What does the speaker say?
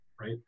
right